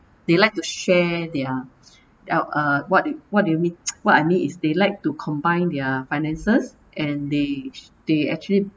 they like to share their uh what what do you mean what I mean is they like to combine their finances and they they actually